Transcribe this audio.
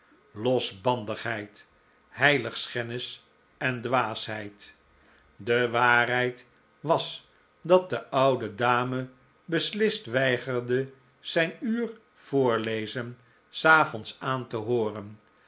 losbandigheid heiligschennis en dwaasheid de waarheid was dat de oude dame beslist weigerde zijn uur voorlezen s avonds aan te hooren